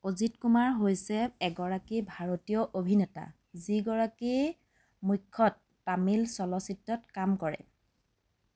অজিত কুমাৰ হৈছে এগৰাকী ভাৰতীয় অভিনেতা যিগৰাকী মুখ্যত তামিল চলচ্চিত্তত কাম কৰে